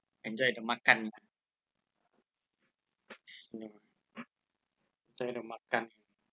enjoy the makan lah enjoy the makan